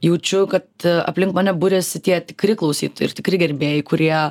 jaučiu kad aplink mane buriasi tie tikri klausyt ir tikri gerbėjai kurie